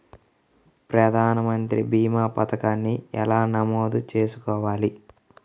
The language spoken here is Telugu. ప్రధాన మంత్రి భీమా పతకాన్ని ఎలా నమోదు చేసుకోవాలి?